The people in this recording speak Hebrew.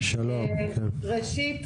ראשית,